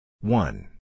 One